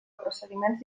procediments